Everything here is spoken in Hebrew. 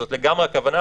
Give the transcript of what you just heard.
זאת לגמרי הכוונה.